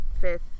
Fifth